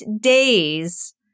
days